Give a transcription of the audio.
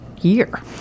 year